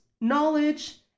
knowledge